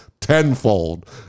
tenfold